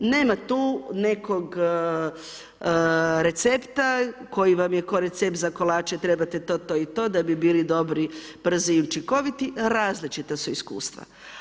Nema tu nekog recepta, koji vam je ko recept za kolače, trebate to, to i to, da bi bili dobri, brzi i učinkoviti, različita su iskustva.